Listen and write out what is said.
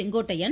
Sengottaiyan